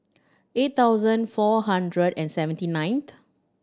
eight thousand four hundred and seventy ninth